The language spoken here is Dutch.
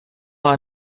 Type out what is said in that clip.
haar